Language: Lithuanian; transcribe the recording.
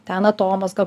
ten atomazga